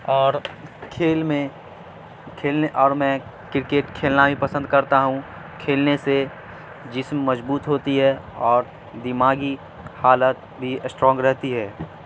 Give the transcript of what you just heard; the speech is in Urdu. اور کھیل میں کھیلنے اور میں کرکٹ کھیلنا بھی پسند کرتا ہوں کھیلنے سے جسم مضبوط ہوتی ہے اور دماغی حالت بھی اسٹرانگ رہتی ہے